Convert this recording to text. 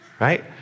Right